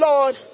Lord